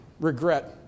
regret